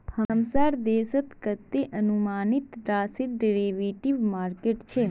हमसार देशत कतते अनुमानित राशिर डेरिवेटिव मार्केट छ